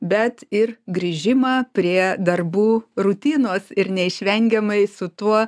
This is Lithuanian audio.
bet ir grįžimą prie darbų rutinos ir neišvengiamai su tuo